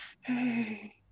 Hey